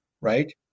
right